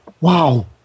Wow